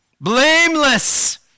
Blameless